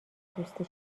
دوستی